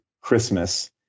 Christmas